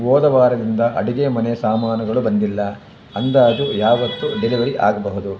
ಹೋದ ವಾರದಿಂದ ಅಡುಗೆ ಮನೆ ಸಾಮಾನುಗಳು ಬಂದಿಲ್ಲ ಅಂದಾಜು ಯಾವತ್ತು ಡೆಲಿವರಿ ಆಗಬಹುದು